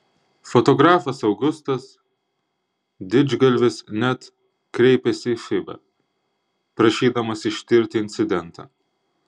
fotografas augustas didžgalvis net kreipėsi į fiba prašydamas ištirti incidentą